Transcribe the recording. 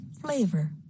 flavor